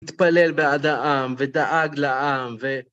התפלל בעד העם, ודאג לעם, ו...